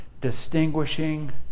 distinguishing